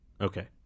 Okay